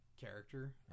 character